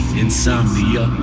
insomnia